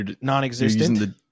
non-existent